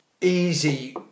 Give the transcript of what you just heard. easy